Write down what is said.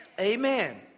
Amen